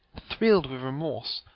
thrill'd with remorse,